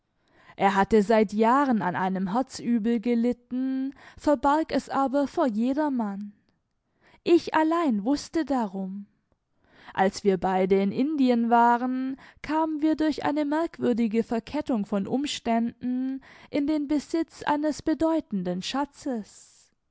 er hatte jahrelang an einem schwachen herzen gelitten aber er verbarg es vor jedem ich allein wußte es als er und ich in indien waren kamen wir durch eine bemerkenswerte kette von umständen in den besitz eines beträchtlichen schatzes